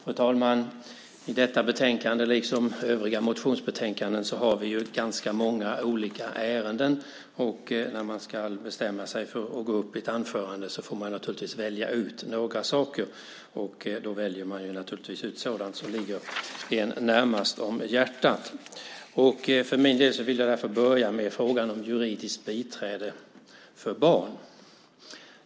Fru talman! I detta betänkande, liksom i övriga motionsbetänkanden, behandlas ganska många olika ärenden. När man ska bestämma sig för att gå upp och hålla ett anförande får man självfallet välja ut några saker. Då väljer man naturligtvis sådant som ligger en varmast om hjärtat. Jag vill därför börja med frågan om juridiskt biträde för barn.